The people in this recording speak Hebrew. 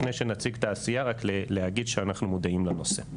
לפני שנציג את העשייה רק להגיד שאנחנו מודעים לנושא.